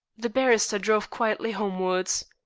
the barrister drove quietly homewards.